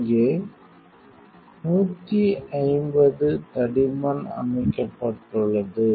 இங்கே 150 தடிமன் அமைக்கப்பட்டுள்ளது